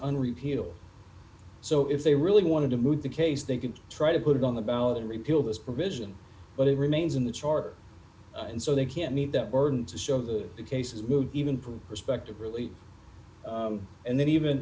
repeal so if they really wanted to move the case they could try to put it on the ballot and repeal this provision but it remains in the charter and so they can't meet that burden to show that cases move even from perspective really and then even